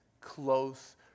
close